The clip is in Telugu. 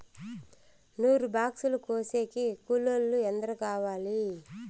నూరు బాక్సులు కోసేకి కూలోల్లు ఎందరు కావాలి?